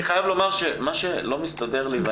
אני חייב לומר שמה שלא מסתדר לי,